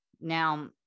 Now